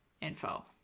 info